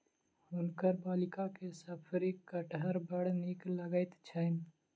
हुनकर बालिका के शफरी कटहर बड़ नीक लगैत छैन